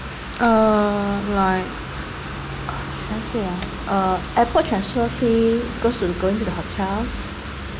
uh like how to say ah uh airport transfer fee because we going to the hotels